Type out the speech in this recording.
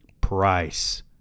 Price